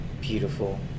beautiful